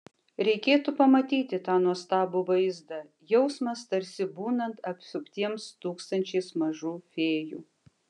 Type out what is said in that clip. reikėtų pamatyti tą nuostabų vaizdą jausmas tarsi būnant apsuptiems tūkstančiais mažų fėjų